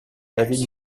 david